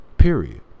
period